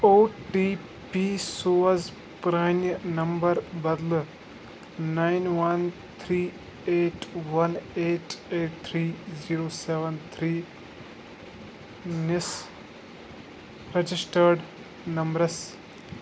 او T P سوز پرٛانہِ number بدلہٕ nine one three eight one eight eight three zero seven three نِس registered نمبرَس